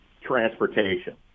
transportation